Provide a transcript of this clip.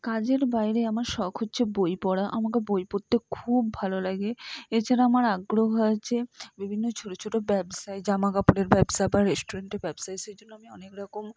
কাজের বাইরে আমার শখ হচ্ছে বই পড়া আমাকে বই পড়তে খুব ভালো লাগে এছাড়া আমার আগ্রহ আছে বিভিন্ন ছোটো ছোটো ব্যবসায় জামা কাপড়ের ব্যবসা বা রেস্টুরেন্টের ব্যবসায় সেজন্য আমি অনেক রকম